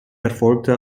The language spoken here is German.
erfolgte